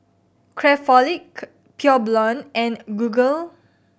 Craftholic Pure Blonde and Google